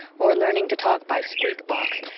or learning to talk by squeak box,